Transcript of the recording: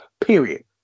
Period